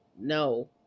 no